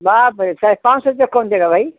बाप रे साढे़ पाँच सौ रूपया कौन देगा भाई